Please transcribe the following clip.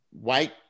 White